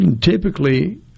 Typically